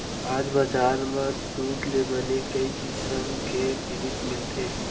आज बजार म दूद ले बने कई किसम के जिनिस मिलथे